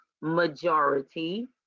majority